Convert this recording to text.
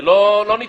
זה לא ניתן.